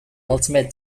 ultimate